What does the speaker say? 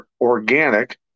organic